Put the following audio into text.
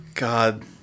God